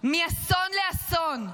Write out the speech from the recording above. מאסון לאסון.